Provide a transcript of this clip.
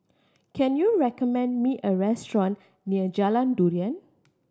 can you recommend me a restaurant near Jalan Durian